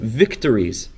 victories